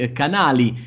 canali